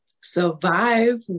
survive